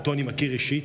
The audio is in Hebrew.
שאני מכיר אישית,